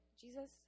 Jesus